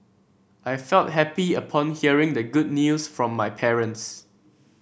I felt happy upon hearing the good news from my parents